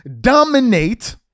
dominate